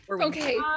Okay